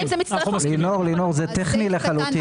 לינור, זה טכני לחלוטין.